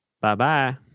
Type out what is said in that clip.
Bye-bye